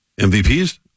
MVPs